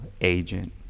agent